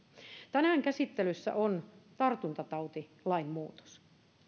tänään käsittelyssä on tartuntatautilain muutos